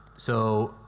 so,